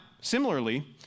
similarly